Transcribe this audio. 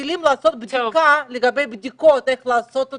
מתחילים לעשות בדיקה לגבי בדיקות איך לעשות אותם,